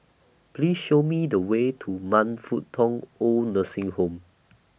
Please Show Me The Way to Man Fut Tong Oid Nursing Home